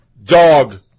dog